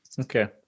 Okay